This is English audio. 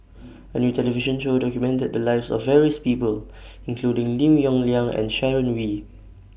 A New television Show documented The Lives of various People including Lim Yong Liang and Sharon Wee